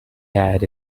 hat